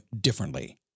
differently